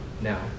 now